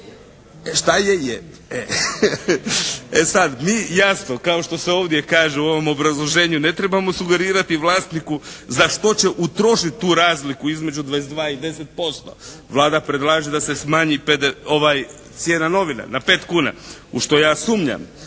Šta je, je. E sad. Mi sad jasno, kao što se ovdje kaže u ovom obrazloženju ne trebamo sugerirati vlasniku za što će utrošit tu razliku između 22 i 10%. Vlada predlaže da se smanji cijena novina na pet kuna, u što ja sumnjam.